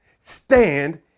stand